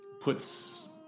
puts